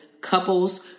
couples